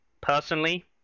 personally